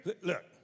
look